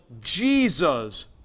Jesus